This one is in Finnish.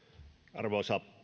arvoisa